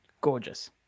gorgeous